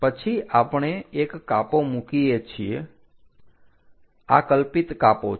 પછી આપણે એક કાપો મૂકીએ છીએ આ કલ્પિત કાપો છે